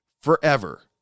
forever